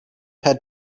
had